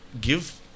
give –